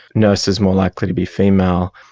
nurses more likely to be female,